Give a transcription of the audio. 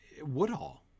Woodhall